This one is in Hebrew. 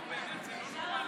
נו, באמת, זה לא נורמלי.